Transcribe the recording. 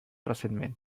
recentment